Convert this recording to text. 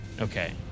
Okay